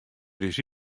ris